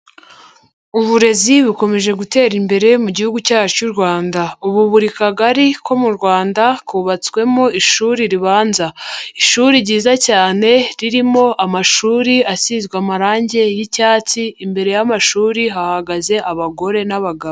Uburezi bukomeje gutera imbere mu gihugu cyacu cy'u Rwanda, ubu buri Kagari ko mu Rwanda hubatswemo ishuri ribanza, ishuri ryiza cyane ririmo amashuri asizwe amarangi y'icyatsi, imbere y'amashuri hahagaze abagore n'abagabo.